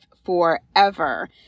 Forever